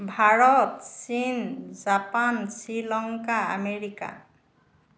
ভাৰত চীন Japan Sri Lanka America